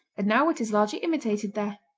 and now it is largely imitated there.